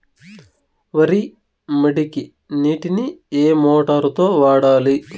వరి మడికి నీటిని ఏ మోటారు తో వాడాలి?